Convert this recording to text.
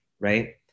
right